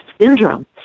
syndrome